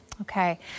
Okay